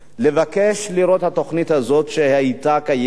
לבקש לראות את התוכנית הזאת שהיתה קיימת,